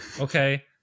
Okay